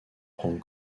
prend